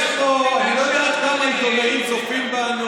יש פה, אני לא יודע עד כמה העיתונאים צופים בנו,